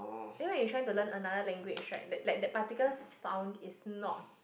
then we are trying to learn another language right like like the particular sound is not